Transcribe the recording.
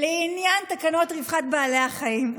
לעניין תקנות רווחת בעלי החיים,